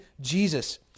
Jesus